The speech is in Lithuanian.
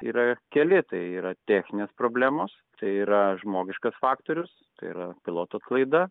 yra keli tai yra techninės problemos tai yra žmogiškas faktorius tai yra piloto klaida